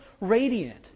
radiant